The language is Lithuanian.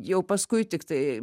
jau paskui tiktai